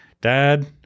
Dad